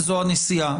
זאת הנשיאה.